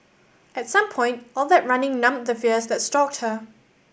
at some point all that running numbed the fears that stalked her